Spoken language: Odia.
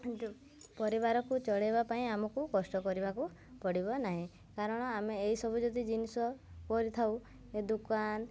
ପରିବାରକୁ ଚଳାଇବା ପାଇଁ ଆମକୁ କଷ୍ଟ କରିବାକୁ ପଡ଼ିବ ନାହିଁ କାରଣ ଆମେ ଏଇସବୁ ଯଦି ଜିନିଷ କରିଥାଉ ଦୋକାନ